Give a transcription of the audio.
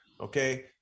Okay